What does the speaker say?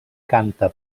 canta